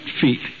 feet